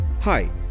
Hi